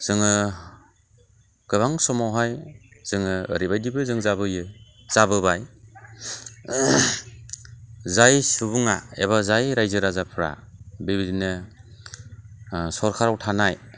जोङो गोबां समावहाय जोङो ओरैबादिबो जों जाबोयो जाबोबाय जाय सुबुङा एबा जाय रायजो राजाफ्रा बेबादिनो सरखाराव थानाय